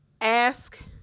ask